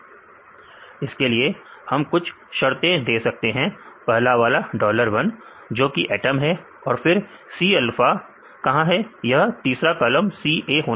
इसके लिए हम कुछ शर्ते दे सकते हैं पहला वाला डॉलर 1 जो की एटम है तो फिर C अल्फा कहां है यह तीसरा कॉलम CA होना चाहिए